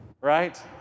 right